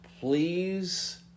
Please